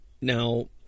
Now